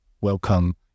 welcome